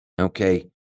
okay